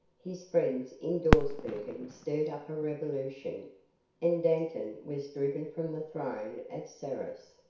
his friends in dawsbergen stirred up a revolution and dantan was driven from the throne at serros.